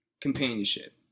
companionship